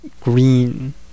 green